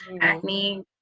acne